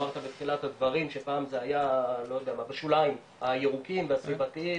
אמרת בתחילת הדברים שפעם זה היה בשוליים הירוקים והסביבתיים,